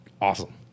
awesome